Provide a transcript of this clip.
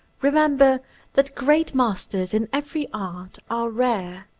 remember that great masters in every art are rare.